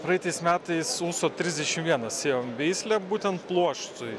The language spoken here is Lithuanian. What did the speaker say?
praeitais metais uso trisdešim vienas sėjom veislę būtent pluoštui